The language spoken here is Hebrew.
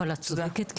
את צודקת,